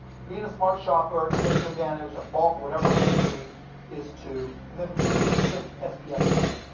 being a smart shopper and taking advantage of bulk or whatever it may be is two. and then three, just sxp funds.